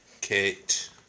Kate